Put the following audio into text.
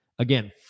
Again